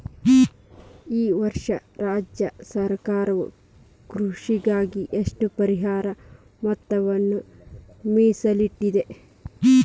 ಈ ವರ್ಷ ರಾಜ್ಯ ಸರ್ಕಾರವು ಕೃಷಿಗಾಗಿ ಎಷ್ಟು ಪರಿಹಾರ ಮೊತ್ತವನ್ನು ಮೇಸಲಿಟ್ಟಿದೆ?